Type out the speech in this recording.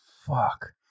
Fuck